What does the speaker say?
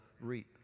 reap